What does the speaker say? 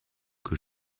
que